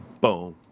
Boom